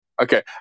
Okay